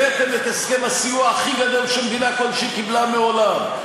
הבאתם את הסכם הסיוע הכי גדול שמדינה כלשהי קיבלה מעולם,